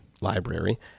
library